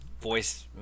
voice